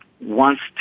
wants